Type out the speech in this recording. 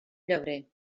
llebrer